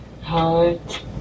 heart